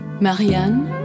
Marianne